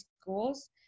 schools